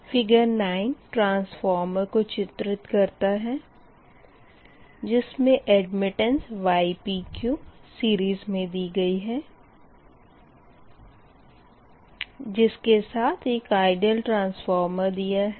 figure 9 transformer को चित्रित करता है जिसमें एडमिट्टेंस ypq सीरीज़ में दी गई है जिसके साथ एक आइडियल ट्रांसफॉर्मर दिया है